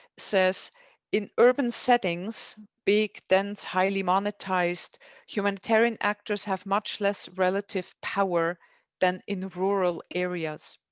says in urban settings, big, dense, highly monetized humanitarian actors have much less relative power than in rural areas.